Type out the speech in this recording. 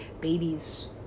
babies